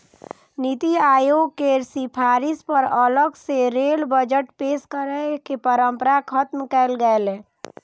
नीति आयोग केर सिफारिश पर अलग सं रेल बजट पेश करै के परंपरा कें खत्म कैल गेलै